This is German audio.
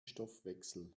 stoffwechsel